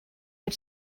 but